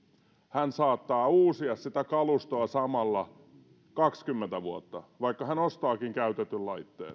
hän saattaa uusia sitä kalustoa samalla kaksikymmentä vuotta vaikka hän ostaakin käytetyn